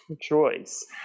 choice